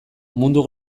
mundu